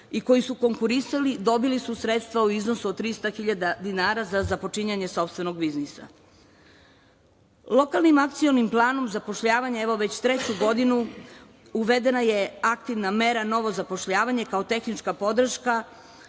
i koji su konkurisali su dobili sredstva u iznosu od 300.000 dinara za započinjanje sopstvenog biznisa. lokalnim akcionim planom zapošljavanja već treću godinu uvedena je aktivna mera novo zapošljavanje kao tehnička podrška,